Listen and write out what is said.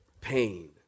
pain